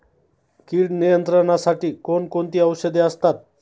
कीड नियंत्रणासाठी कोण कोणती औषधे असतात?